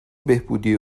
بهبودی